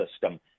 system